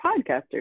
podcaster